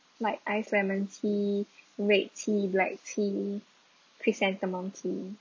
like ice lemon tea red tea black tea chrysanthemum tea